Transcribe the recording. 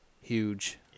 huge